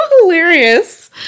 hilarious